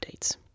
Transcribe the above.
updates